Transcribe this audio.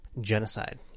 genocide